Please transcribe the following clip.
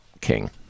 king